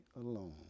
alone